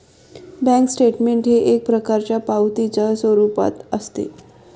bank statement हे एक प्रकारच्या पावतीच्या स्वरूपात असते